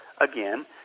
again